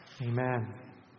Amen